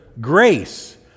grace